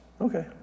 okay